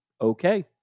okay